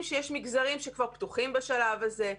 שיש מגזרים שכבר פתוחים בשלב הזה.